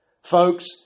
Folks